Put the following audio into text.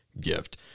gift